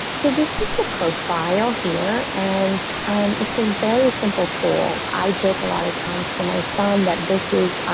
so this is the profile here and it's a very simple tool i joke. a lot of times for my son that this is